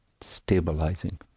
stabilizing